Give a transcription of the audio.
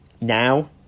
now